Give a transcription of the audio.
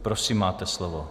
Prosím, máte slovo.